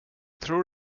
tror